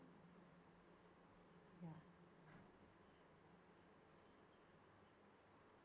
ya